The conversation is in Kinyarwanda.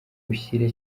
ushyire